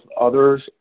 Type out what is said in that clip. others